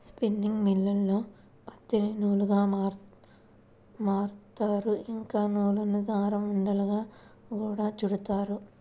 spinning మిల్లుల్లోనే పత్తిని నూలుగా మారుత్తారు, ఇంకా నూలును దారం ఉండలుగా గూడా చుడతారు